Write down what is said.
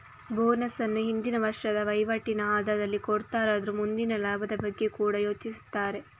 bonus ಅನ್ನು ಹಿಂದಿನ ವರ್ಷದ ವೈವಾಟಿನ ಆಧಾರದಲ್ಲಿ ಕೊಡ್ತಾರಾದ್ರೂ ಮುಂದಿನ ಲಾಭದ ಬಗ್ಗೆ ಕೂಡಾ ಯೋಚಿಸ್ತಾರೆ